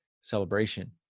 celebration